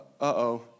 Uh-oh